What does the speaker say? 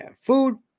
food